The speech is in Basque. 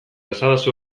esadazu